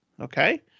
Okay